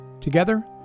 together